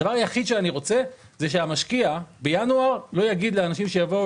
הדבר היחיד שאני רוצה זה שהמשקיע בינואר לא יגיד לאנשים שיבואו